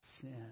sin